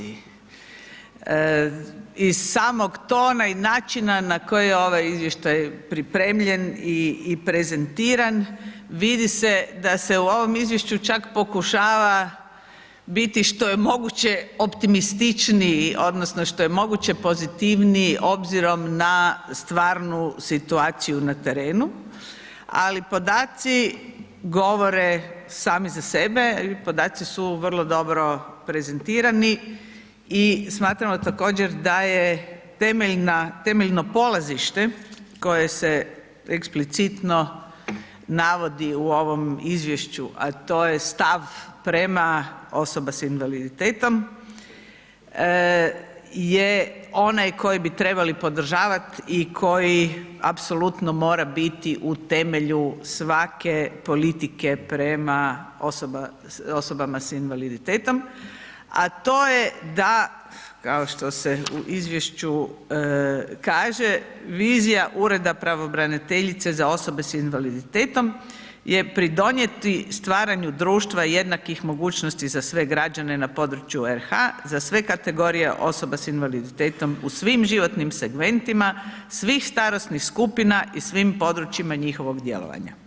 Iz samog tona i načina na koji je ovaj izvještaj pripremljen i prezentiran, vidi se da se u ovom izvješću čak pokušava biti što je moguće optimističniji odnosno što je moguće pozitivniji, obzirom na stvarnu situaciju na terenu, ali podaci govore sami za sebe ili podaci su vrlo dobro prezentirani i smatramo također da je temeljno polazište koje se eksplicitno navodi u ovom izvješću, a to je stav prema osobama s invaliditetom je onaj koji bi trebali podržavati i koji apsolutno mora biti u temelju svake politike prema osobama s invaliditetom, a to je da, kao što se u izvješću kaže, vizija Ureda pravobraniteljice za osobe s invaliditetom je pridonijeti stvaranju društva jednakih mogućnosti za sve građane na području RH, za sve kategorije osoba s invaliditetom u svim životnim segmentima, svih starosnih skupina i svih područjima njihovog djelovanja.